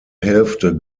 hälfte